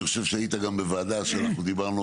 אני חושב שאתה היית גם בוועדה שאנחנו דיברנו